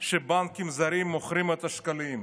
היא שבנקים זרים מוכרים את השקלים,